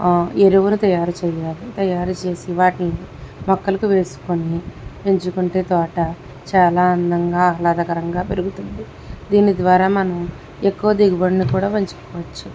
ఎరువులు తయారు చేయాలి తయారు చేసి వాటిని మొక్కల్ని వేసుకొని పెంచుకుంటే తోట చాలా అందంగా ఆహ్లాదకరంగా పెరుగుతుంది దీని ద్వారా మనము ఎక్కువ దిగుబడిని కూడా పెంచుకోవచ్చు